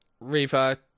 Riva